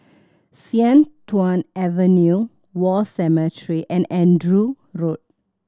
Sian Tuan Avenue War Cemetery and Andrew Road